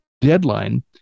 deadline